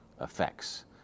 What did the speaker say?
effects